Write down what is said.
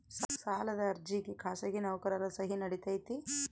ಸಾಲದ ಅರ್ಜಿಗೆ ಖಾಸಗಿ ನೌಕರರ ಸಹಿ ನಡಿತೈತಿ?